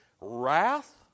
wrath